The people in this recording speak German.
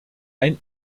ein